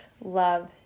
love